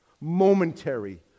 momentary